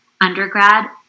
undergrad